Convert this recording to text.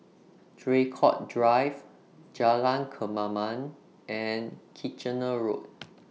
Draycott Drive Jalan Kemaman and Kitchener Road